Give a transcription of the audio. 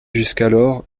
jusqu’alors